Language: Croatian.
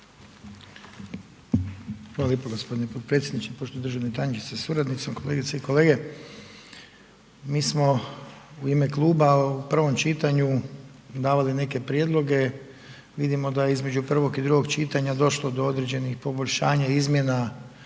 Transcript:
Hvala lijepo gospodine potpredsjedniče. Poštovani državni tajniče sa suradnicom, kolegice i kolege, mi smo u ime kluba u prvom čitanju davali neke prijedloge, vidimo da je između prvog i drugog čitanja došlo do određenih poboljšanja i izmjena